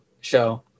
show